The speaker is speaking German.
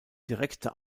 direkte